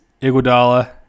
Iguodala